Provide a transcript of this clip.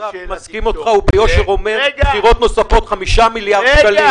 אני מסכים איתך וביושר אומר: בחירות נוספות יעלו 5 מיליארד שקלים.